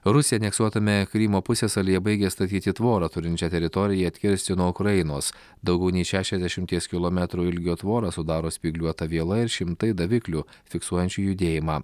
rusija aneksuotame krymo pusiasalyje baigė statyti tvorą turinčią teritoriją atkirsti nuo ukrainos daugiau nei šešiasdešimties kilometrų ilgio tvorą sudaro spygliuota viela ir šimtai daviklių fiksuojančių judėjimą